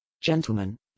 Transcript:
Gentlemen